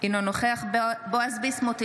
אינו נוכח בועז ביסמוט,